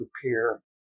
prepare